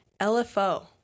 LFO